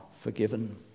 forgiven